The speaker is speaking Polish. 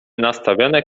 nastawione